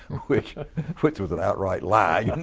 which which was an outright lie.